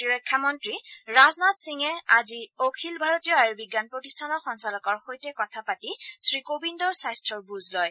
প্ৰতিৰক্ষা মন্ত্ৰী ৰাজনাথ সিঙে আজি অখিল ভাৰতীয় আয়ুৰ্বিজ্ঞান প্ৰতিষ্ঠানৰ সঞালকৰ সৈতে কথা পাতি শ্ৰীকোবিন্দৰ স্বাস্থ্যৰ বুজ লয়